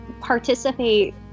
participate